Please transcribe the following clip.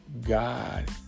God